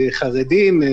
חרדים,